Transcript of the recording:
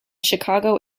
chicago